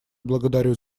благодарю